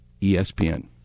ESPN